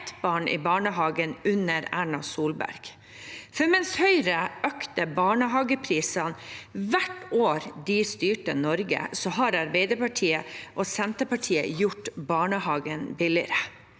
ett barn i barnehage under Erna Solbergs regjering. Mens Høyre økte barnehageprisen hvert år de styrte Norge, har Arbeiderpartiet og Senterpartiet gjort barne